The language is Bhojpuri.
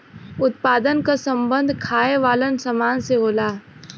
उत्पादन क सम्बन्ध खाये वालन सामान से होला